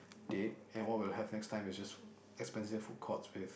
dead and what we will have next time is just expensive food court with